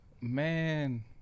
man